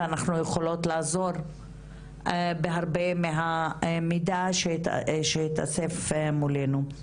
ואנחנו יכולות לעזור בהרבה מהמידע שיתאסף מולנו.